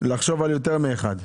לחשוב על יותר מאחד.